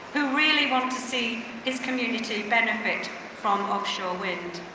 who really want to see his community benefit from offshore wind.